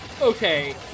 Okay